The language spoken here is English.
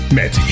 met